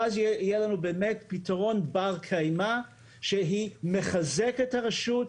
ואז יהיה לנו באמת פתרון בר קיימא שהוא חיזוק הרשות,